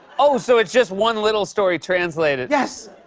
oh, so it's just one little story translated? yes!